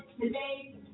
today